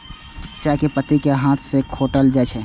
चाय के पत्ती कें हाथ सं खोंटल जाइ छै